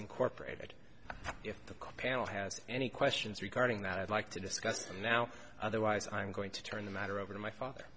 incorporated if the cop panel has any questions regarding that i'd like to discuss them now otherwise i'm going to turn the matter over to my father